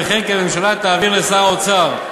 וכן כי הממשלה תעביר לשר האוצר,